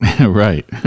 Right